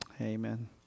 Amen